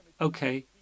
Okay